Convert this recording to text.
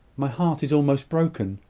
my heart is almost broken!